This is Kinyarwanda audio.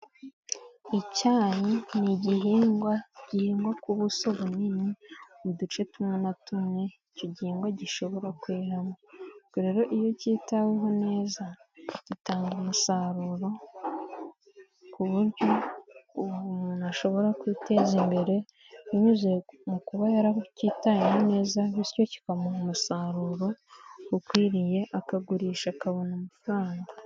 Icyayi ni igihingwa gihingwa buso bunini mu duce tumwe na tumwe icyo gihingwa gishobora kweramo. Ubwo rero iyo kitaweho neza gitanga umusaruro buryo umuntu ashobora kwiteza imbere binyuze mu kuba yarakitayeho neza bityo kikamuha umusaruro ukwiriye akagurisha akabona amafaranga.